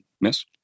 miss